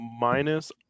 minus